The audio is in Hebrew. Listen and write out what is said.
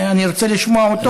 אני רוצה לשמוע אותו.